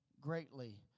greatly